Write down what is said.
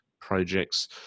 projects